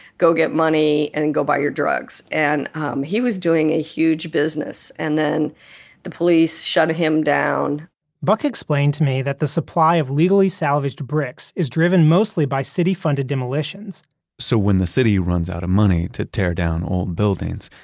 go get money, and then go buy your drugs. and um he was doing a huge business, and then the police shut him down buck explained to me that the supply of legally salvaged bricks is driven mostly by city-funded demolitions so when the city runs out of money to tear down old buildings,